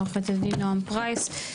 עורך הדין נועם פרייס,